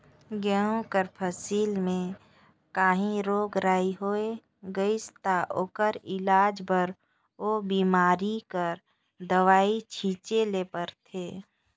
गहूँ कर फसिल में काहीं रोग राई होए गइस ता ओकर इलाज बर ओ बेमारी कर दवई छींचे ले परथे